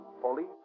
police